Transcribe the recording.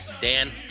Dan